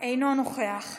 אינו נוכח,